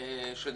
שנולדים כאן.